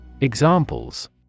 Examples